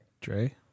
Dre